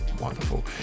wonderful